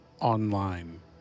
online